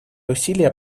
усилия